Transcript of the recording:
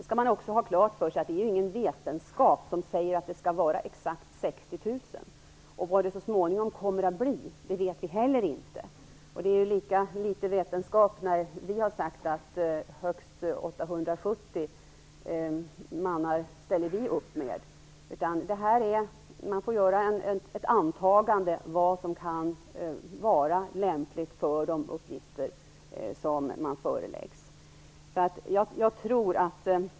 Man skall också ha klart för sig att det inte är någon vetenskap som säger att det skall vara exakt 60 000 soldater. Vad det så småningom kommer att bli vet vi heller inte. Det är lika litet vetenskap när vi har sagt att vi ställer upp med högst 870 mannar. Man får göra ett antagande av vad som kan vara lämpligt för de uppgifter som föreläggs.